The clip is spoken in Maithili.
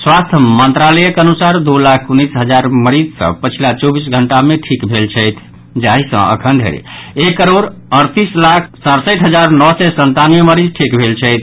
स्वास्थ्य मंत्रालयक अनुसार दू लाख उन्नैस हजार मरीज पछिला चौबीस घंटा मे ठीक भेल छथि जाहि सँ अखन धरि एक करोड़ अड़तीस लाख सड़सठि हजार नओ सय संतानवे मरीज ठीक भेल छथि